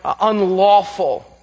unlawful